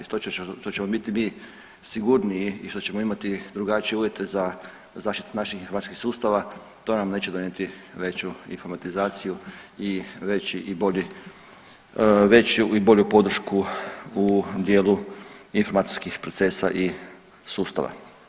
To što ćemo biti mi sigurniji i što ćemo imati drugačije uvjete za zaštitu naših informacijskih sustava, to nam neće donijeti veću informatizaciju i veći i bolji, veću i bolju podršku u dijelu informacijskih procesa i sustava.